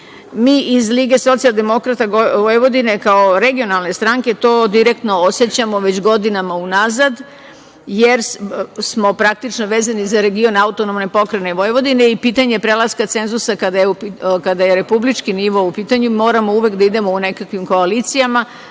iz LSV, kao regionalne stranke to direktno osećamo već godinama unazad, jer smo praktično vezani za region AP Vojvodine i pitanje prelaska cenzusa, kada je republički nivo u pitanju, moramo uvek da idemo u nekakvim koalicijama